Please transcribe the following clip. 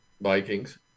Vikings